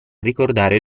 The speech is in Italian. ricordare